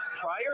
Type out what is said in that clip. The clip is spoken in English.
prior